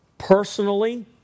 Personally